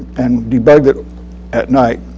and debugged it at night.